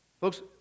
Folks